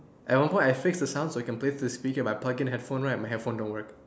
at one point I fixed the sound so I can play through the speaker but I plug in headphone right my headphone don't work